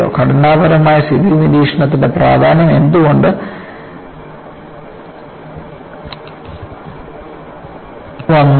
ഘടനാപരമായ സ്ഥിതി നിരീക്ഷണത്തിന്റെ പ്രാധാന്യം എന്തുകൊണ്ട് വന്നു